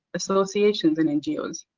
associations and ngos.